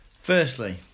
firstly